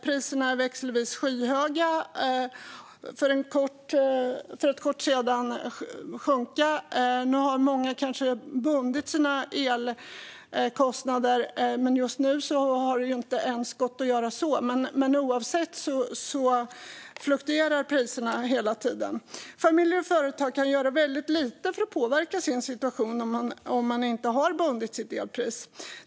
Priserna är växelvis skyhöga för att kort senare sjunka. Många har kanske bundit sina elpris. Men nu har det inte ens gått att göra det. Oavsett fluktuerar priserna hela tiden. Familjer och företag kan göra väldigt lite för att påverka sin situation om man inte har bundit sitt elpris.